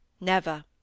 Never